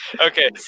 okay